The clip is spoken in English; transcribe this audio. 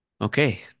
Okay